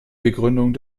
begründung